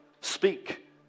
speak